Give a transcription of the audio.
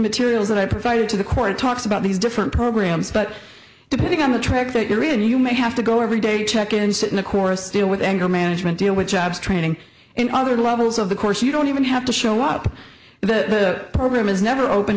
materials that are provided to the court talks about these different programs but depending on the track thank you really do you may have to go every day check in and sit in the course deal with anger management deal with jobs training and other levels of the course you don't even have to show up the program is never open